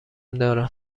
دارم